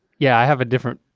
yeah, i have a different.